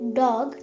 dog